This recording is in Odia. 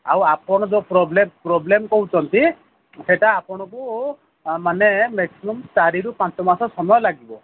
ଆଉ ଆପଣ ଯୋଉ ପ୍ରୋବ୍ଲେମ୍ ପ୍ରୋବ୍ଲେମ୍ କହୁଛନ୍ତି ସେଟା ଆପଣଙ୍କୁ ମାନେ ମ୍ୟାକ୍ସିମମ୍ ଚାରିରୁ ପାଞ୍ଚ ମାସ ସମୟ ଲାଗିବ